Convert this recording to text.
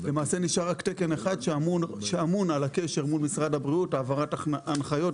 נשאר היום רק תקן אחד שאמון על הקשר מול משרד הבריאות בהעברת הנחיות,